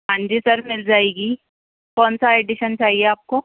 ہان جی سر مل جائے گی کون سا ایڈیشن چاہئے آپ کو